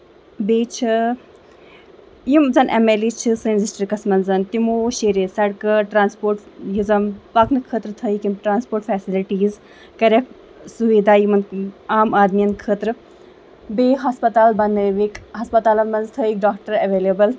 بیٚیہِ چھِ یِم زَن ایم ایل اے چھِ سٲنِس ڈِسٹرکس منٛز تِمو شیرے سَڑکہٕ ٹرانَسپورٹ یُس زَن پَکنہٕ خٲطرٕ تھٲیِکھ یِم ٹرانَسپورٹ فیسَلٹیٖز کریکھ سُوِدا یِمن عام آدمین خٲطرٕ بیٚیہِ ہٮسپَتال بَنٲوِکھ ہسپَتالَن منٛز تھٲیِکھ ڈاکٹر ایٚولیبٕل